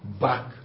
back